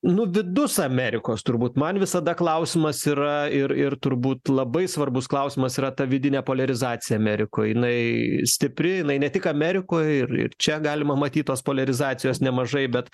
nu vidus amerikos turbūt man visada klausimas yra ir ir turbūt labai svarbus klausimas yra ta vidinė poliarizacija amerikoj jinai stipri jinai ne tik amerikoj ir ir čia galima matyt tos poliarizacijos nemažai bet